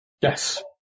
Yes